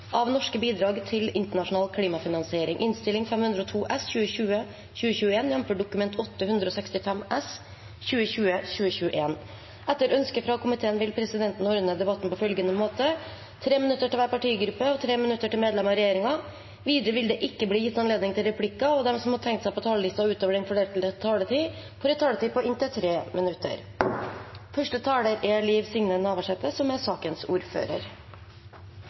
minutter til hver partigruppe og 3 minutter til medlemmer av regjeringen. Videre vil det ikke bli gitt anledning til replikker, og de som måtte tegne seg på talerlisten utover den fordelte taletid, får også en taletid på inntil 3 minutter.